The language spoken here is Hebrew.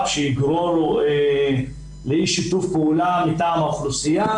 שתגרור לאי שיתוף פעולה מטעם האוכלוסייה,